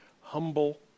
humble